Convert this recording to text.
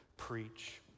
preach